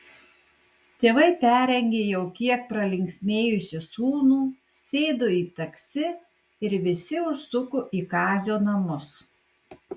tėvai perrengė jau kiek pralinksmėjusį sūnų sėdo į taksi ir visi užsuko į kazio namus